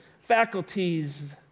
faculties